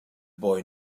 boy